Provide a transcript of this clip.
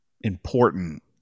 important